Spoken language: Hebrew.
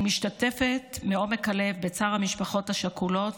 אני משתתפת מעומק הלב בצער המשפחות השכולות